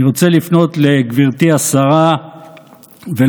אני רוצה לפנות לגברתי השרה ולומר: